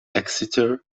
exeter